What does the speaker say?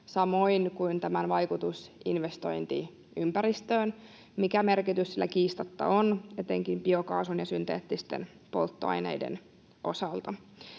samoin kuin tämän vaikutus investointiympäristöön, mikä merkitys sillä kiistatta on etenkin biokaasun ja synteettisten polttoaineiden osalta.